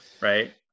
Right